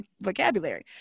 vocabulary